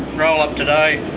roll-up today,